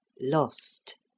Lost